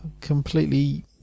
completely